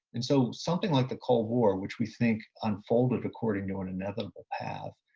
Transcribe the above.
and so something like the cold war, which we think unfolded according to an inevitable path.